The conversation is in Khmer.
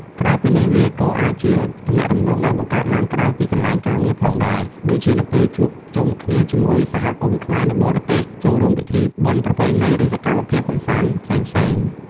ក្រៅពីនេះ វាក៏អាចជាទំនាក់ទំនងដែលបង្កើតឡើងក្រៅពីកន្លែងការងារផងដែរ ដូចជានៅពេលជួបជុំគ្នាជាមួយសហគមន៍ខ្មែរនៅបរទេស ចូលរួមពិធីបុណ្យប្រពៃណី ឬសកម្មភាពកម្សាន្តផ្សេងៗ ។